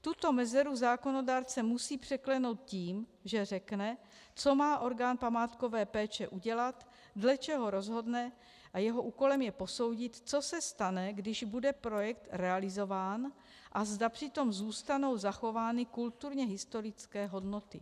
Tuto mezeru zákonodárce musí překlenout tím, že řekne, co má orgán památkové péče udělat, dle čeho rozhodne, a jeho úkolem je posoudit, co se stane, když bude projekt realizován, a zda přitom zůstanou zachovány kulturně historické hodnoty.